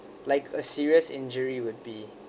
like a serious injury would be